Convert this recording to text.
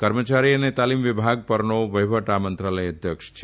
કર્મચારી અને તાલીમ વિભાગ પરનો વહીવટ આ મંત્રાલય અધ્યક્ષ છે